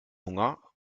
hunger